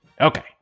Okay